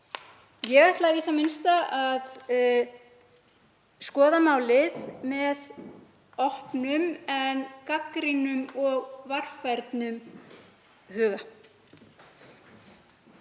Ég ætla í það minnsta að skoða málið með opnum en gagnrýnum og varfærnum huga.